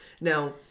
Now